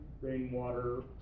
rainwater